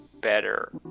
better